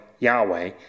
Yahweh